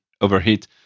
overheat